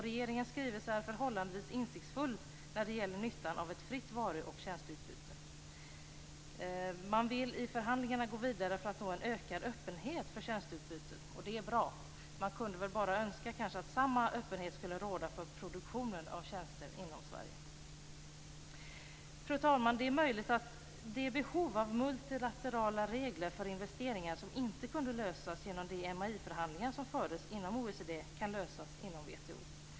Regeringens skrivelse är förhållandevis insiktsfull när det gäller nyttan av ett fritt varu och tjänsteutbyte. Man vill i förhandlingarna gå vidare för att nå en ökad öppenhet för tjänsteutbyte. Det är bra. Jag skulle önska att samma öppenhet skulle råda för produktionen av tjänster inom Sverige. Fru talman! Det är möjligt att de behov av multilaterala regler för investeringar som inte kunde lösas i de MAI-förhandlingar som fördes inom OECD kan lösas inom WTO.